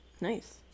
Nice